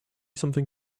something